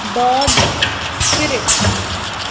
dose spirit